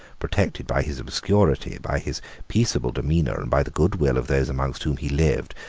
protected by his obscurity, by his peaceable demeanour, and by the good will of those among whom he lived,